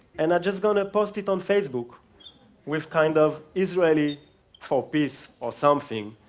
and i'm just going to post it on facebook with kind of israelis for peace or something.